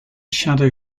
shadow